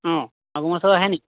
অঁ মাগুৰ মাছো আহেনি